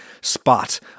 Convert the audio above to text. spot